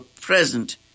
present